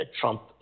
Trump